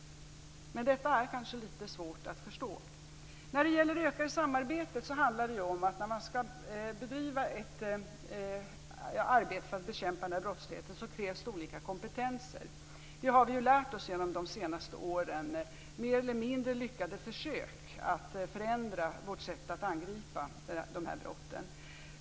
Men detta är kanske litet svårt att förstå. När det gäller det ökade samarbetet handlar det om att det krävs olika kompetenser när man skall bedriva ett arbete för att bekämpa den här brottsligheten. Det har vi ju lärt oss genom de senaste åren genom mer eller mindre lyckade försök att förändra vårt sätt att angripa dessa brott.